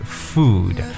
food